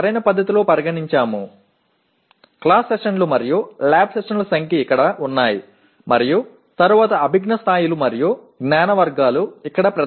வகுப்பு அமர்வுகள் மற்றும் ஆய்வக அமர்வுகளின் எண்ணிக்கை இங்கே உள்ளன பின்னர் அறிவாற்றல் நிலைகள் மற்றும் அறிவு பிரிவுகள் இங்கே வழங்கப்படுகின்றன